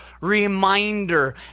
reminder